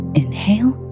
inhale